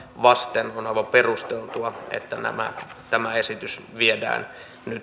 vasten on aivan perusteltua että tämä esitys viedään nyt